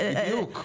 בדיוק.